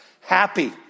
happy